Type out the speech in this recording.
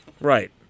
Right